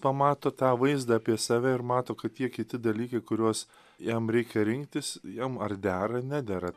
pamato tą vaizdą apie save ir mato kad tie kiti dalykai kuriuos jam reikia rinktis jam ar dera nedera